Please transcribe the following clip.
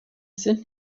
sind